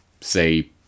say